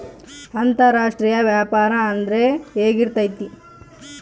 ಅಂತರಾಷ್ಟ್ರೇಯ ವ್ಯಾಪಾರ ಅಂದ್ರೆ ಹೆಂಗಿರ್ತೈತಿ?